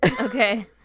Okay